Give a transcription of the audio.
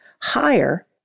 higher